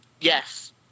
Yes